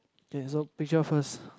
then so pitch up first